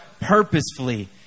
purposefully